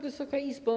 Wysoka Izbo!